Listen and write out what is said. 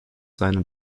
seiner